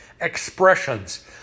expressions